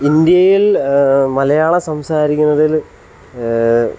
ഇന്ത്യയിൽ മലയാളം സംസാരിക്കുന്നതിൽ